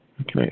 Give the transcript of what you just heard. Okay